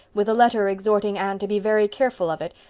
with a letter exhorting anne to be very careful of it,